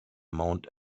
mount